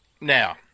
now